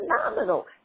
phenomenal